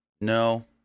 No